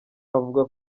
avuga